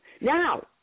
Now